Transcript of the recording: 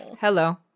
Hello